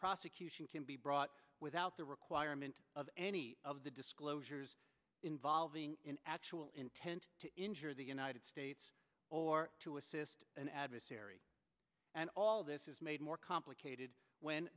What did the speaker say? prosecution can be brought without the requirement of any of the disclosures involving an actual intent to injure the united states or to assist an adversary and all this is made more complicated when